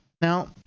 Now